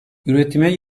üretime